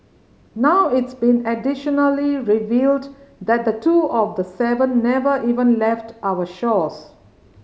now it's been additionally revealed that two of the seven never even left our shores